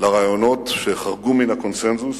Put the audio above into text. לרעיונות שחרגו מן הקונסנזוס.